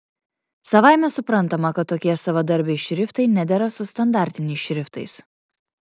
savaime suprantama kad tokie savadarbiai šriftai nedera su standartiniais šriftais